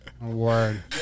Word